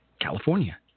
California